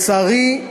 לצערי,